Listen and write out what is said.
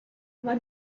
what